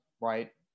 right